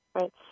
Right